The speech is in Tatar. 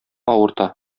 авырта